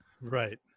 Right